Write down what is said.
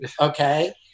okay